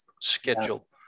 schedule